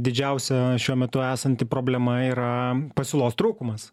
didžiausia šiuo metu esanti problema yra pasiūlos trūkumas